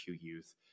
youth